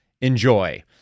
Enjoy